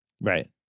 Right